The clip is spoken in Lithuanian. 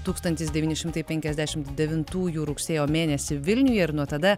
tūkstantis devyni šimtai penkiasdešimt devintųjų rugsėjo mėnesį vilniuje ir nuo tada